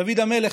דוד המלך,